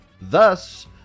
Thus